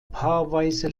paarweise